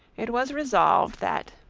it was resolved that,